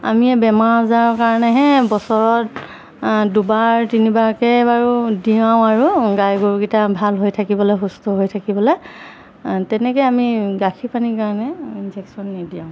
আমিয়ে বেমাৰ আজাৰৰ কাৰণেহে বছৰত দুবাৰ তিনিবাৰকৈ বাৰো দিওঁ আৰু গাই গৰুকেইটা ভাল হৈ থাকিবলৈ সুস্থ হৈ থাকিবলৈ তেনেকৈ আমি গাখীৰ পানীৰ কাৰণে ইঞ্জেকশ্যন নিদিয়াওঁ